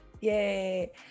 yay